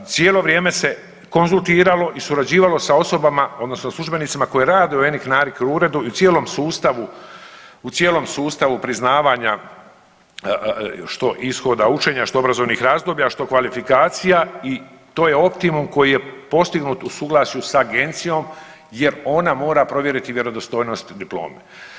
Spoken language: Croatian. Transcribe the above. Cijelo vrijeme se konzultiralo i surađivalo sa osobama odnosno službenicima koji rade u ... uredu i cijelom sustavu, u cijelom sustavu priznavanja, što ishoda učenja, što obrazovnih razdoblja, što kvalifikacija i to je optimum koji je postignut u suglasju s agencijom jer ona mora provjeriti vjerodostojnost diplome.